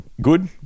good